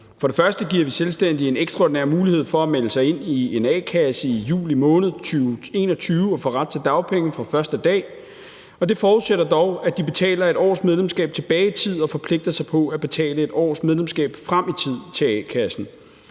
For det første giver vi selvstændige en ekstraordinær mulighed for at melde sig ind i en a-kasse i juli måned 2021 og få ret til dagpenge fra første dag. Det forudsætter dog, at de betaler 1 års medlemskab tilbage i tid og forpligter sig på at betale 1 års medlemskab frem i tid til a-kassen.